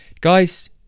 guys